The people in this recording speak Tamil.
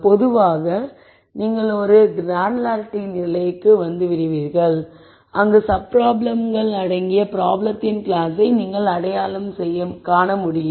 பொதுவாக முடிந்தால் நீங்கள் ஒரு கிரானுலாரிட்டி நிலைக்கு வந்துவிடுவீர்கள் அங்கு சப் ப்ராப்ளம்ளகள் அடங்கிய ப்ராப்ளத்தின் கிளாஸை நீங்கள் அடையாளம் காண முடியும்